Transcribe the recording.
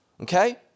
okay